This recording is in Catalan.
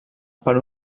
per